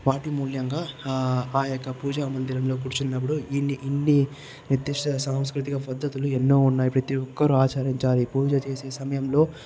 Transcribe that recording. వాటి మూల్యంగా ఆ ఆ యొక్క పూజ మందిరంలో కూర్చున్నప్పుడు ఇన్ని ఇన్ని నిర్దిష్ట సాంస్కృతిక పద్ధతులు ఎన్నో ఉన్నాయి ప్రతి ఒక్కరు ఆఆచరించాలి పూజ చేసే సమయంలో